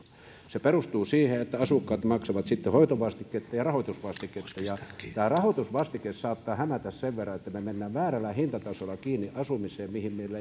se perustuu siihen että asukkaat maksavat sitten hoitovastiketta ja rahoitusvastiketta ja tämä rahoitusvastike saattaa hämätä sen verran että me menemme väärällä hintatasolla kiinni sellaiseen asumiseen mihin meillä ei